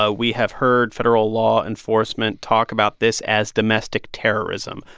ah we have heard federal law enforcement talk about this as domestic terrorism.